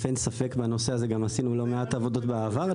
אין ספק, וגם עשינו לא מעט עבודות בנושא הזה בעבר.